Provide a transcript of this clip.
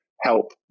help